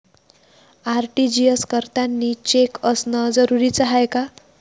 RTGS करतांनी cheque असनं जरुरीच हाय का?